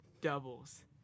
doubles